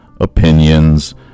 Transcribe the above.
opinions